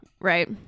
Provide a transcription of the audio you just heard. right